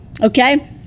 okay